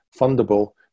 fundable